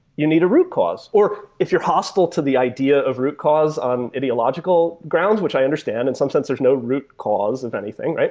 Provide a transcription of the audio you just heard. you need a root cause, or if you're hostile to the idea of root cause on ideological grounds, which i understand. in some sense, there's no root cause of anything.